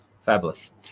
Fabulous